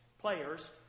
players